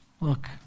Look